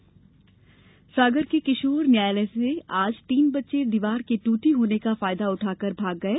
किशोर अपराध सागर के किशोर न्यायालय से आज तीन बच्चे दीवार के ट्रटी होने का फायदा उठाकर भाग गये